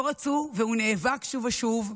לא רצו, והוא נאבק שוב ושוב.